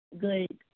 good